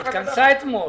היא התכנסה אתמול.